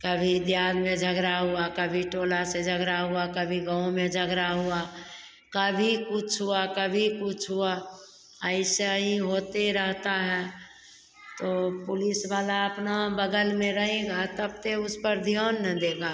कभी दिहाद में झगरा हुआ कभी टोला से झगरा हुआ कभी गाँव में झगरा हुआ कभी कुछ हुआ कभी कुछ हुआ अइसा ही होते रहता है तो पुलिस वाला अपना बगल में रहेगा तब ते उस पर ध्यान न देगा